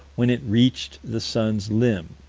when it reached the sun's limb.